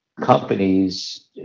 companies